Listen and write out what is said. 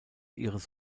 ihres